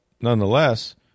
nonetheless